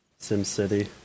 SimCity